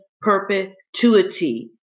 perpetuity